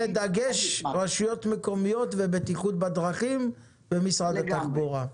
הדגש יהיה רשויות מקומיות ובטיחות בדרכים במשרד התחבורה.